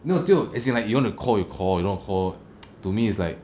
no tio as in like you want to call you call you don't want to call to me it's like